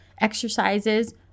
exercises